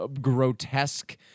grotesque